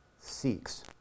seeks